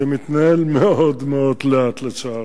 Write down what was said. זה מתנהל מאוד מאוד לאט, לצערי.